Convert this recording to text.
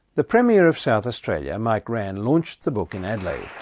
the premier of south australia, mike rann, launched the book in adelaide.